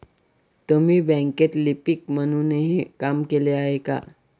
तुम्ही बँकेत लिपिक म्हणूनही काम केले आहे का?